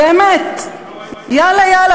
באמת יאללה-יאללה.